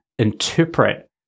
interpret